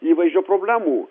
įvaizdžio problemų